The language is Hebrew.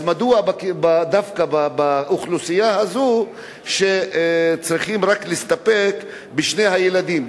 אז מדוע באוכלוסייה הזאת דווקא צריכים להסתפק בשני ילדים?